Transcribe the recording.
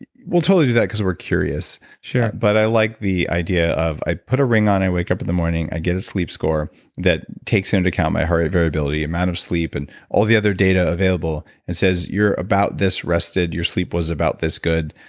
we'll totally do that because we're curious but i like the idea of, i put a ring on, i wake up in the morning, i get a sleep score that takes into account my heart rate variability, the amount of sleep, and all the other data available and says, you're about this rested. your sleep was about this good.